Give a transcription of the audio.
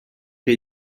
que